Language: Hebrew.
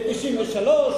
ב-1993,